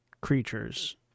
creatures